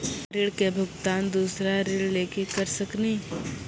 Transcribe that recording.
ऋण के भुगतान दूसरा ऋण लेके करऽ सकनी?